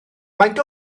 faint